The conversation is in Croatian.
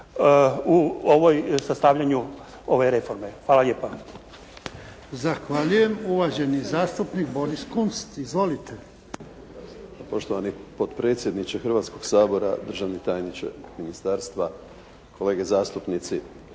u sastavljanju ove reforme. Hvala lijepa.